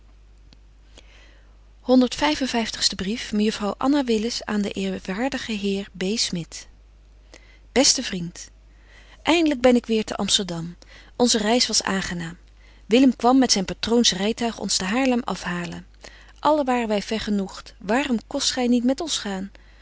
vyftigste brief mejuffrouw anna willis aan den eerwaardigen heer b smit beste vriend eindelyk ben ik weêr te amsterdam onze reis was aangenaam willem kwam met zyn patroons rytuig ons te haarlem afhalen allen waren wy vergenoegt waaröm kost gy niet met ons gaan